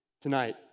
tonight